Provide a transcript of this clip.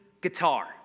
guitar